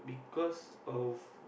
cause of